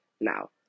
Now